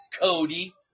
Cody